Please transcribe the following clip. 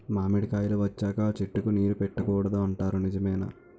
మామిడికాయలు వచ్చాక అ చెట్టుకి నీరు పెట్టకూడదు అంటారు నిజమేనా?